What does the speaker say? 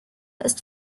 ist